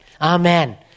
Amen